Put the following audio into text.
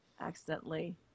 accidentally